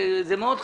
זה מאוד חשוב.